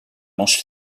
manche